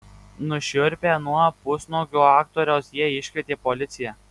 nušiurpę nuo pusnuogio aktoriaus jie iškvietė policiją